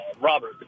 Robert